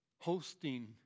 hosting